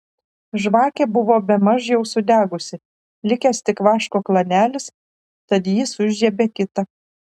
žvakė buvo bemaž jau sudegusi likęs tik vaško klanelis tad jis užžiebė kitą